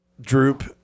Droop